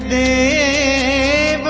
a